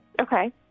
Okay